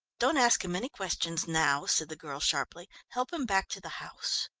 don't ask him any questions now, said the girl sharply. help him back to the house.